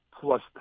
plus